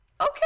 Okay